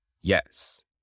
Yes